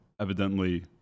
evidently